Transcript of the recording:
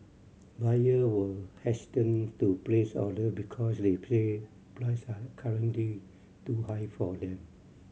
buyer were hesitant to place order because they play price are currently too high for them